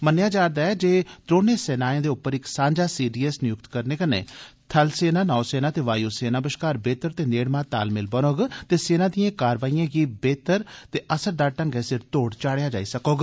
मन्नेआ जा'रदा ऐ जे त्रौनें सेनाएं दे उप्पर इक सांझा सीडीएस नियुक्त करने कन्नै थलसेना नौसेना ते वायुसेना बश्कार बेह्तर ते नेड़मा तालमेल बनोग ते सेना दिए कारवाईए गी बी बेह्तर ते असरदार ढ़ंगै सिर तोड़ चाड़ेआ जाई सकोग